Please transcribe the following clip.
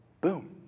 Boom